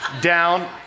down